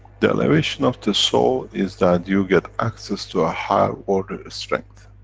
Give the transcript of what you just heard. the elevation of the soul is that you get access to a higher order strength,